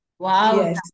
Wow